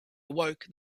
awoke